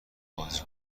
بازی